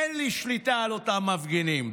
אין לי שליטה על אותם מפגינים.